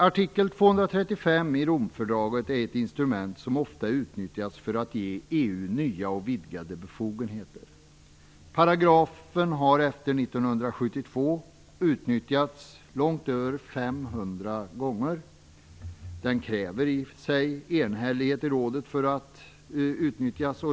Artikel 235 i Romfördraget är ett instrument som ofta utnyttjas för att ge EU nya och vidgade befogenheter. Paragrafen har efter 1972 utnyttjats långt över 500 gånger. Det krävs i och för sig enhällighet i rådet för att den skall kunna utnyttjas.